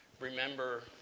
remember